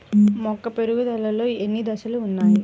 మొక్క పెరుగుదలలో ఎన్ని దశలు వున్నాయి?